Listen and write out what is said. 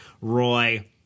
Roy